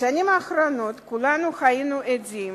בשנים האחרונות כולנו היינו עדים